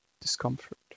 discomfort